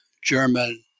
German